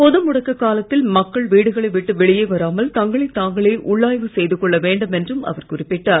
பொது முடக்க காலத்தில் மக்கள் வீடுகளை விட்டு வெளியே வராமல் தங்களை தாங்களே உள்ளாய்வு செய்து கொள்ள வேண்டும் என்றும் அவர் குறிப்பிட்டார்